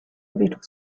little